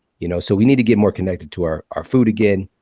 you know so we need to get more connected to our our food again.